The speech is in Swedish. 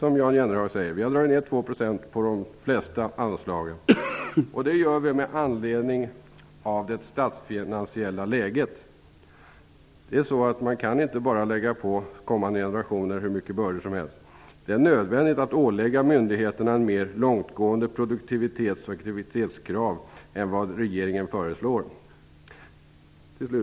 Vi har föreslagit en neddragning av de flesta anslag med 2 %. Det gör vi med anledning av det statsfinansiella läget. Man kan inte lägga på kommande generationer hur mycket bördor som helst. Det är nödvändigt att ålägga myndigheterna mera långtgående produktivitets och kreativitetskrav än vad regeringen föreslår.